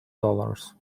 dollars